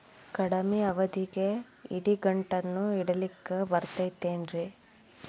ಕಡಮಿ ಅವಧಿಗೆ ಇಡಿಗಂಟನ್ನು ಇಡಲಿಕ್ಕೆ ಬರತೈತೇನ್ರೇ?